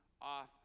off